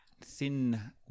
thin